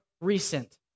recent